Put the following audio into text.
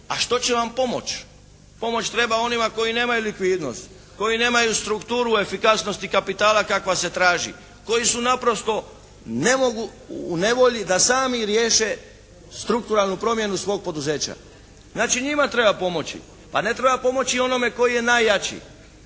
a što će vam pomoć. Pomoć treba onima koji nemaju likvidnost, koji nemaju strukturu efikasnosti kapitala kakva se traži, koji su naprosto u nevolji da sami riješe strukturalnu promjenu svog poduzeća. Znači, njima treba pomoći a ne treba pomoći onome koji je najjači.